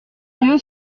dieu